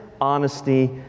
honesty